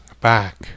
back